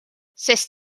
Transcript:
sest